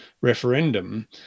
referendum